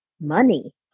money